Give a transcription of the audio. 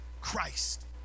Christ